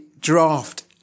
draft